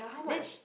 then